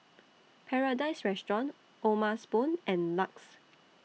Paradise Restaurant O'ma Spoon and LUX